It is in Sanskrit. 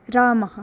रामः